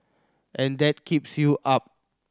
and that keeps you up